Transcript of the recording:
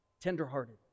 tenderhearted